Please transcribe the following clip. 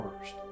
first